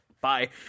bye